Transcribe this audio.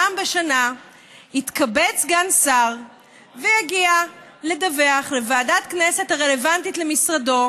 פעם בשנה יתכבד סגן שר ויגיע לדווח לוועדת כנסת הרלוונטית למשרדו